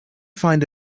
find